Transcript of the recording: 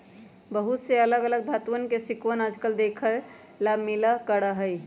बहुत से अलग अलग धातुंअन के सिक्कवन आजकल देखे ला मिला करा हई